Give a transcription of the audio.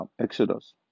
Exodus